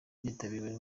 byitabiriwe